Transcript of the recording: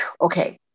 Okay